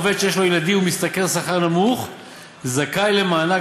עובד שיש לו ילדים ומשתכר שכר נמוך זכאי למענק